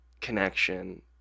connection